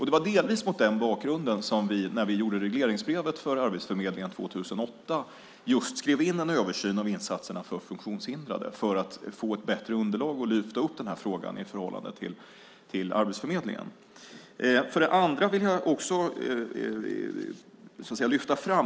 Det var delvis mot den bakgrunden som vi, när vi gjorde regleringsbrevet för Arbetsförmedlingen 2008, just skrev in en översyn av insatserna för funktionshindrade för att få ett bättre underlag och lyfta upp denna fråga i förhållande till Arbetsförmedlingen.